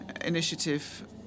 initiative